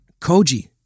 Koji